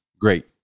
Great